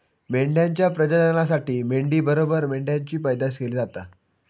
मेंढ्यांच्या प्रजननासाठी मेंढी बरोबर मेंढ्यांची पैदास केली जाता